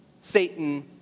Satan